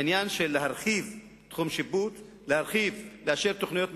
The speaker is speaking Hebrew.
עניין של להרחיב תחום שיפוט, לאשר תוכניות מיתאר,